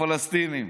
לפלסטינים.